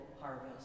harvest